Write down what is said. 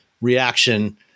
reaction